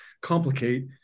complicate